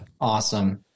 Awesome